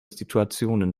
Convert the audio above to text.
situationen